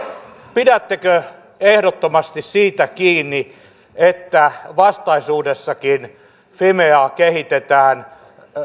pidättekö ehdottomasti siitä kiinni että vastaisuudessakin fimeaa kehitetään